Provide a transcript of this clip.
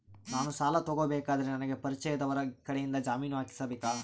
ನಾನು ಸಾಲ ತಗೋಬೇಕಾದರೆ ನನಗ ಪರಿಚಯದವರ ಕಡೆಯಿಂದ ಜಾಮೇನು ಹಾಕಿಸಬೇಕಾ?